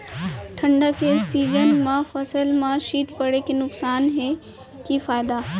ठंडा के सीजन मा फसल मा शीत पड़े के नुकसान हे कि फायदा?